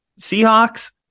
Seahawks